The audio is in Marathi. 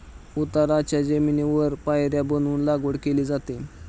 उताराच्या जमिनीवर पायऱ्या बनवून लागवड केली जाते